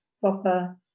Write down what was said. proper